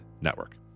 Network